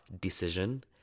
decision